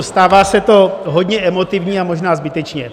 Stává se to hodně emotivní, a možná zbytečně.